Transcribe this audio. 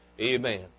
Amen